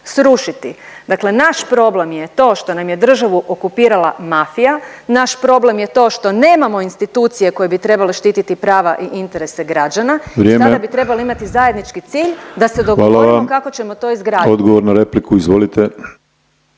srušiti. Dakle, naš problem je to što nam je državu okupirala mafija, naš problem je to što nemamo institucije koje bi trebale štiti prava i interese građana …/Upadica Penava: Vrijeme./… sada bi trebali imati zajednički cilj da se dogovorimo …/Upadica Penava: Hvala vam./… kako ćemo to izgradit.